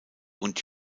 und